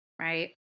right